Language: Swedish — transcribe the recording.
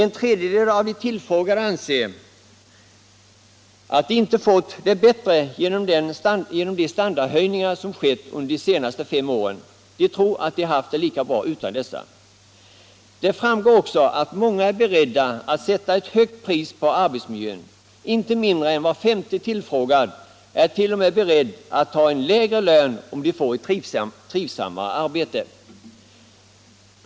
En tredjedel av de tillfrågade anser att de inte har fått det bättre genom de standardhöjningar som skett under de senaste fem åren, utan de tror att de skulle ha haft det lika bra utan dessa. Det framgår också att många är beredda att betala ett högt pris för en bättre arbetsmiljö. Inte mindre än var femte tillfrågad är beredd att ta en lägre lön om man i stället får eu trivsammare arbete.